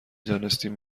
دانستیم